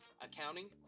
accounting